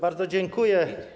Bardzo dziękuję.